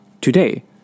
Today